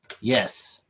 Yes